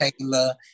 Taylor